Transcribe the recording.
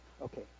Okay